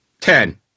Ten